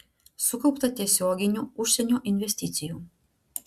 sukaupta tiesioginių užsienio investicijų